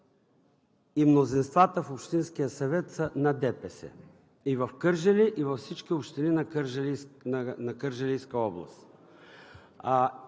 че мнозинствата в Общинския съвет са на ДПС – и в Кърджали, и във всички общини на Кърджалийска област.